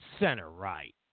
center-right